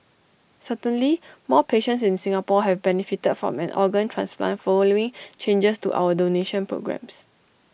certainly more patients in Singapore have benefited from an organ transplant following changes to our donation programmes